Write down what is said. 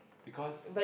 because